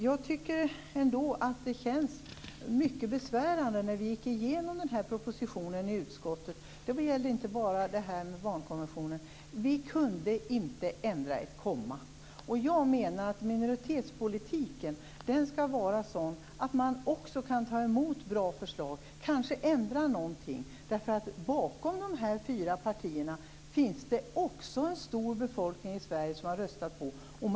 Jag tycker ändå att det kändes mycket besvärande när vi gick igenom den här propositionen i utskottet. Det gällde inte bara barnkonventionen. Vi kunde inte ändra ett kommatecken. Jag menar att minoritetspolitiken skall vara sådan att man också kan ta emot bra förslag, kanske ändra någonting, därför att bakom dessa fyra partier finns det en stor befolkning i Sverige som har röstat på dem.